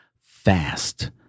fast